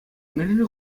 мӗншӗн